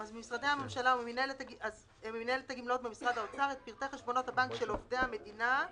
"-- את פרטי חשבונות הבנק של עובדי המדינה".